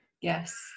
Yes